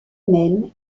même